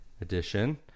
Edition